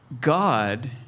God